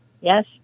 Yes